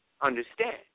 Understand